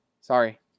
sorry